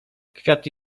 kwiaty